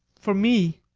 for me,